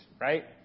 Right